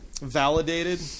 validated